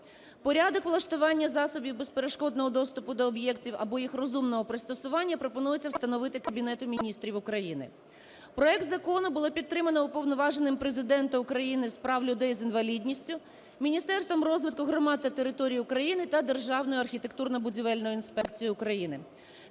Порядок влаштування засобів безперешкодного доступу до об'єктів або їх розумного пристосування пропонується встановити Кабінету Міністрів України. Проект закону було підтримано Уповноваженим Президента України з прав людей з інвалідністю, Міністерством розвитку громад та територій України та Державною архітектурно-будівельною інспекцією України.